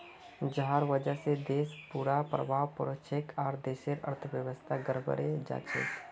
जहार वजह से देशत बुरा प्रभाव पोरछेक आर देशेर अर्थव्यवस्था गड़बड़ें जाछेक